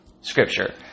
Scripture